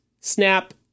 snap